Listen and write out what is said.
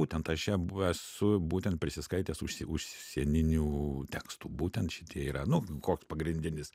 būtent aš čia buvęs su būtent prisiskaitęs užsi užsieninių tekstų būtent šitie yra nu koks pagrindinis